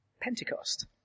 Pentecost